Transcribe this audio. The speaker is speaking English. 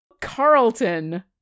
Carlton